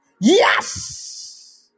Yes